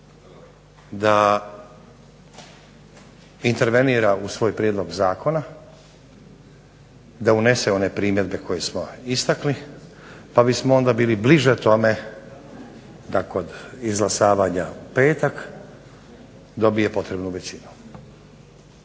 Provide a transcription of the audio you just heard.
da intervenira u svoj prijedlog zakona, da unese one primjedbe koje smo istakli pa bismo onda bili bliže tome da kod izglasavanja u petak dobije potrebnu većinu.